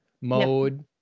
mode